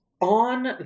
on